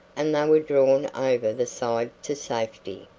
and they were drawn over the side to safety.